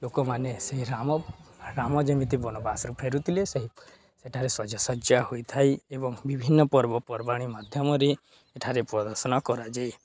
ଲୋକମାନେ ସେହି ରାମ ରାମ ଯେମିତି ବନବାସରୁ ଫେରୁଥିଲେ ସେହି ସେଠାରେ ସାଜସଜ୍ଜ୍ୟା ହୋଇଥାଏ ଏବଂ ବିଭିନ୍ନ ପର୍ବପର୍ବାଣୀ ମାଧ୍ୟମରେ ଏଠାରେ ପ୍ରଦର୍ଶନ କରାଯାଏ